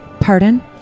Pardon